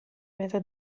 metà